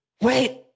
wait